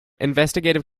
investigative